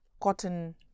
cotton